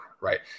right